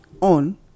on